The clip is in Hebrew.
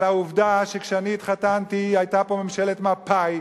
על העובדה שכשאני התחתנתי היתה פה ממשלת מפא"י,